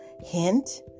hint